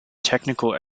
technical